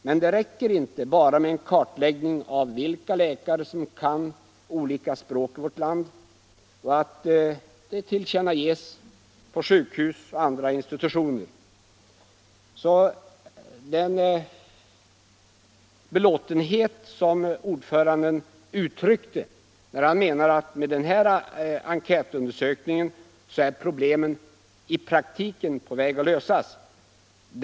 Men det räcker inte med bara en kartläggning av vilka läkare som kan olika språk i vårt land och att det tillkännages sjukhus och andra institutioner. Den belåtenhet som ordföranden uttryckte, när han menade att i och med enkätundersökningen är problemen i praktiken på väg att lösas.